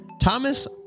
Thomas